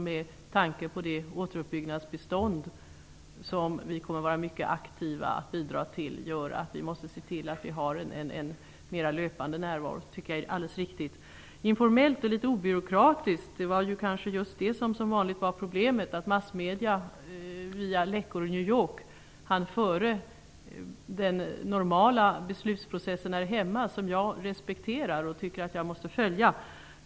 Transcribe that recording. Med tanke på det återuppbyggnadsskede som vi kommer att bidra mycket aktivt i, måste vi se till att ha en mera löpande närvaro i Sarajevo. Det är helt riktigt. Informellt och obyråkratiskt -- det kanske var just det som var problemet, som vanligt. Massmedierna hann, via läckor i New York, före den normala beslutsprocessen här hemma -- som jag respekterar och tycker att jag måste följa.